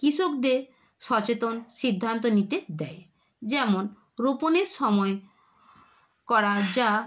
কৃষকদের সচেতন সিদ্ধান্ত নিতে দেয় যেমন রোপণের সময় করা যা